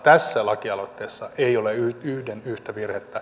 tässä lakialoitteessa ei ole yhden yhtä virhettä